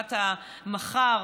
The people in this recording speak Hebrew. בתעסוקת המחר,